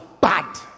bad